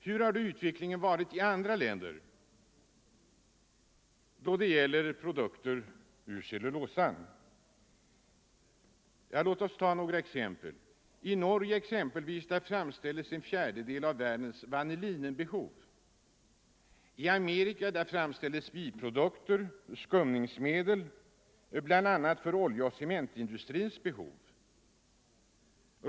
Hur har utvecklingen varit i andra länder då det gäller produkter ur cellulosan? Låt oss ta några exempel. I Norge exempelvis framställs en fjärdedel av världens vanillinbehov. I Amerika framställs som biprodukter skumningsmedel, bl.a. för oljeoch cementindustrins behov.